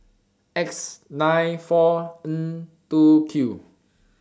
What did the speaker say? X nine four N two Q